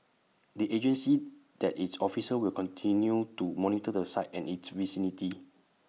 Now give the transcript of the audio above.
the agency that its officers will continue to monitor the site and its vicinity